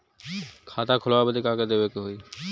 खाता खोलावे बदी का का देवे के होइ?